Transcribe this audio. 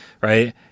right